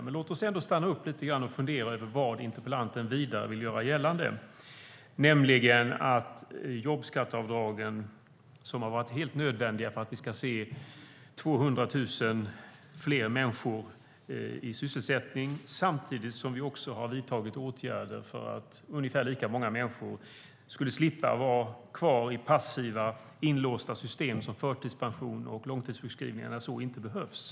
Men låt oss ändå stanna upp lite grann och fundera över vad interpellanten vidare vill göra gällande i fråga om jobbskatteavdragen. Dessa har varit helt nödvändiga för att vi ska få 200 000 fler människor i sysselsättning. Samtidigt har vi vidtagit åtgärder för att ungefär lika många människor skulle slippa vara kvar i passiva och inlåsta system som förtidspension och långtidssjukskrivningar när det inte behövs.